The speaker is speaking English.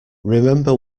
remember